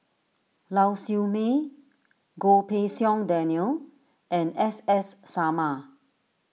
Lau Siew Mei Goh Pei Siong Daniel and S S Sarma